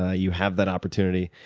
ah you have that opportunity.